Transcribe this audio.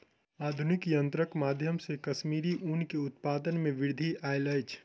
आधुनिक यंत्रक माध्यम से कश्मीरी ऊन के उत्पादन में वृद्धि आयल अछि